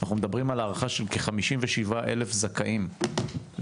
אנחנו מדברים על הערכה של כ-57,000 זכאים לפנסיות,